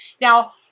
Now